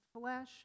flesh